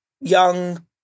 young